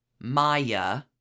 Maya